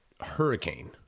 hurricane